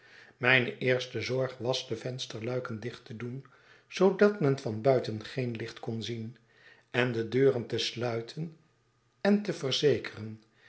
mijne eerste zorg was de vensterluiken dicht te doen zoodat men van buiten geen licht kon zien en de deuren te sluiten en te verzekeren